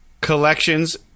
Collections